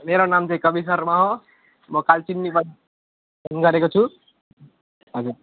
मेरो नाम चाहिँ कपिल शर्मा हो म कालचिनीमा गरेको छु हजुर